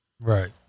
Right